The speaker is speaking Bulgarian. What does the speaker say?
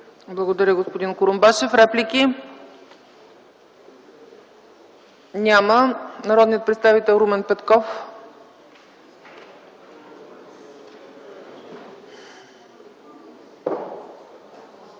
Благодаря, господин Курумбашев. Реплики? Няма. Народният представител Румен Петков. РУМЕН